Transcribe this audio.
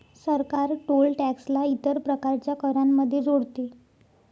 सरकार toll tax ला इतर प्रकारच्या करांमध्ये जोडते